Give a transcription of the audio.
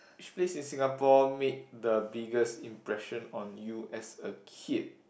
which place in Singapore made the biggest impression on you as a kid